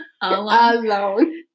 Alone